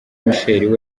michel